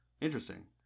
Interesting